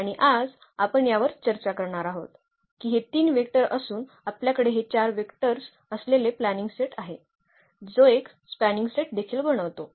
आणि आज आपण यावर चर्चा करणार आहोत की हे 3 वेक्टर असून आपल्याकडे हे 4 वेक्टर्स असलेले स्पॅनिंग सेट आहे जो एक स्पॅनिंग सेट देखील बनवितो